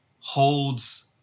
holds